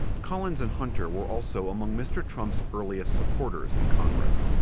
collins and hunter were also among mr. trump's earliest supporters in congress.